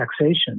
taxation